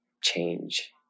change